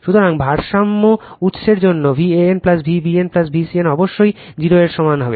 সুতরাং ভারসাম্য উত্সের জন্য Van Vbn Vcn অবশ্যই 0 এর সমান হবে